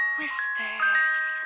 whispers